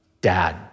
dad